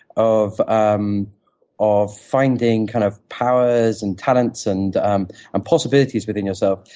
of um of finding kind of powers and talents and um and possibilities within yourself.